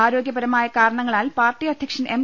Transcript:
ആരോഗ്യപരമായ കാരണങ്ങളാൽ പാർട്ടി അധ്യക്ഷൻ എം